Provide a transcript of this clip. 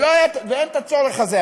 ואין את הצורך הזה.